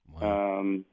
Wow